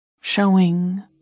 showing